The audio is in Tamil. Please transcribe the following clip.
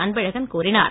அன்பழகன் கூறினார்